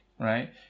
right